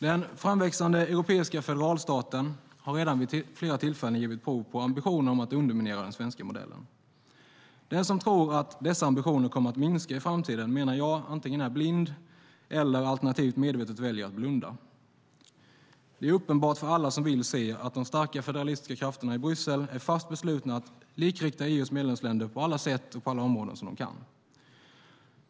Den framväxande europeiska federalstaten har redan vid flera tillfällen givit prov på ambitioner att underminera den svenska modellen. Den som tror att dessa ambitioner kommer att minska i framtiden menar jag antingen är blind eller medvetet väljer att blunda. Det är uppenbart för alla som vill se att de starka federalistiska krafterna i Bryssel är fast beslutna att likrikta EU:s medlemsländer på alla sätt och områden de kan.